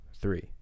three